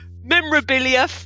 memorabilia